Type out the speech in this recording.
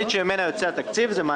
יש את כל